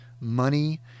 money